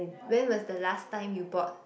when was the last time you bought